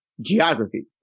geography